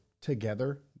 together